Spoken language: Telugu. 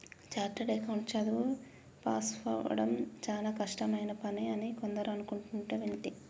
చార్టెడ్ అకౌంట్ చదువు పాసవ్వడం చానా కష్టమైన పని అని కొందరు అనుకుంటంటే వింటి